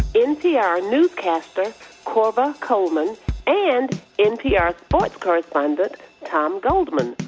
npr newscaster korva coleman and npr sports correspondent tom goldman.